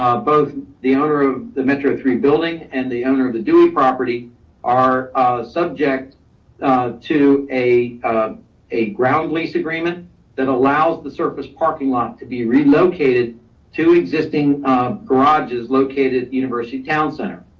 ah both the owner of the metro three building and the owner of the bowie property are subject to a ah a ground lease agreement that allows the surface parking lot to be relocated to existing garage is located the university town center.